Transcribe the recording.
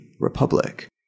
republic